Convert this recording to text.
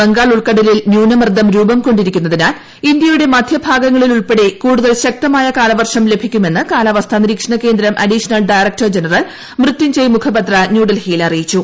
ബംഗാൾ ഉൾക്കടലിൽ ന്യൂനമർദ്ദം രൂപംകൊണ്ടിരിക്കുന്നതിനാൽ ഇന്ത്യയുടെ മധ്യഭാഗങ്ങളിൽ ഉൾപ്പെടെ കൂടുതൽ ശക്തമായ കാലവർഷം ലഭിക്കുമെന്ന് കാലാവസ്ഥാ നിരീക്ഷണകേന്ദ്രം additional director general Mrutyunjay Mohapatra ന്യൂഡൽഹിയിൽ അറിയിച്ചു